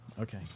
okay